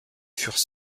furent